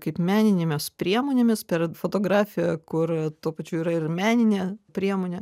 kaip meninėmis priemonėmis per fotografiją kur tuo pačiu yra ir meninė priemonė